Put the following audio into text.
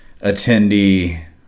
attendee